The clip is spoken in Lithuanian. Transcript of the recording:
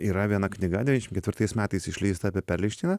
yra viena knyga devišim ketvirtais metais išleista apie perleišteiną